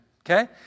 Okay